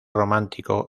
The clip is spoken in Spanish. romántico